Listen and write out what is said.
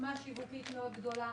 בעוצמה שיווקית מאוד גדולה.